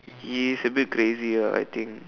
he is a bit crazy lah I think